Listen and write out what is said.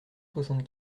soixante